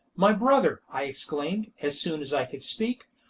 my brother, i exclaimed, as soon as i could speak,